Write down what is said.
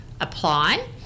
apply